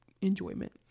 enjoyment